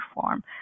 form